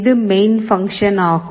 இது main function ஆகும்